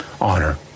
honor